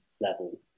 level